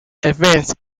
advanced